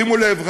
שימו לב,